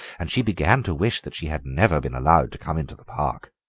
and she began to wish that she had never been allowed to come into the park.